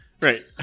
Right